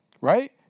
right